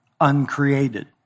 uncreated